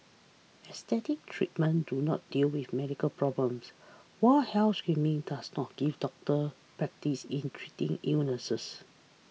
aesthetic treatments do not deal with medical problems while health screening does not give doctors practice in treating illnesses